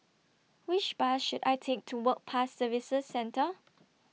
Which Bus should I Take to Work Pass Services Centre